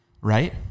right